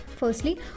Firstly